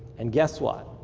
and guess what,